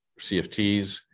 CFTs